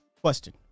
Question